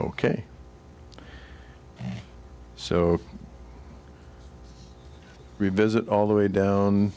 ok so revisit all the way down